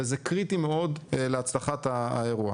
וזה קריטי מאוד להצלחת האירוע.